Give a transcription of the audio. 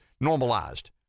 normalized